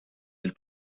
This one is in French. elle